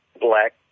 black